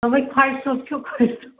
دوٚپمَے خۄجہٕ صٲب چھُ کھہٕ